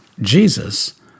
Jesus